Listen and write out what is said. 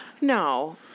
No